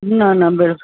न न बिल